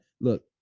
Look